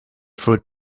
fruit